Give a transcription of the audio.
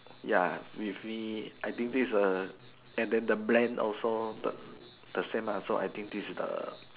ya with me I think this is a and then the brand also the the same lah so I think this is the